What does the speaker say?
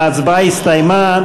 ההצבעה הסתיימה.